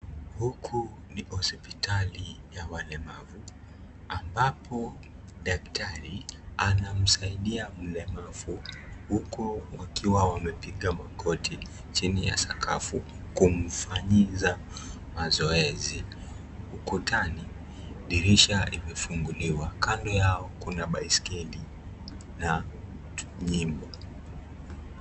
Huku ni hospitali ya walemavu ambapo daktari anamsaidia mlemavu hukuu wakiwa wamepiga magoti chini ya sakafu kumfanyiza mazoezi. Ukutani, dirisha imefunguliwa. Kando yao kuna baiskeli na tunyimbo.